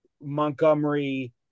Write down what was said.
Montgomery –